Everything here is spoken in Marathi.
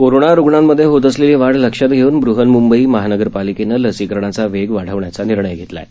कोरोनारुग्णांमध्ये होत असलेली वाढ लक्षात धेऊन बृहन्मुंबई महानगरपालिकेनं लसीकरणाचा वेग वाढवण्याचा निर्णय़ घेतला आहे